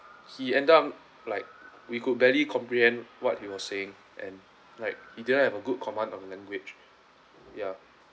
he ended up like we could barely comprehend what he was saying and like he didn't have a good command of language ya